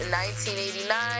1989